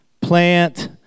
plant